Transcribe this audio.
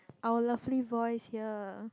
our lovely voice here